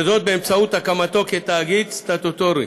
וזאת באמצעות הקמתו כתאגיד סטטוטורי.